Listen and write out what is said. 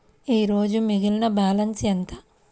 ఈరోజు మిగిలిన బ్యాలెన్స్ ఎంత?